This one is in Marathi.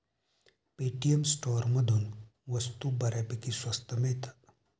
पेटीएम स्टोअरमधून वस्तू बऱ्यापैकी स्वस्त मिळतात